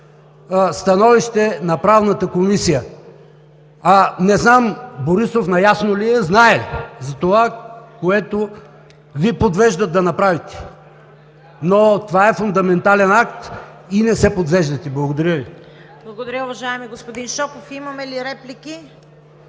становище на Правната комисия. А не знам Борисов наясно ли е, знае ли за това, което Ви подвеждат да направите, но това е фундаментален акт и не се подвеждайте. Благодаря Ви. ПРЕДСЕДАТЕЛ ЦВЕТА КАРАЯНЧЕВА: Благодаря, уважаеми господин Шопов. Има ли реплики?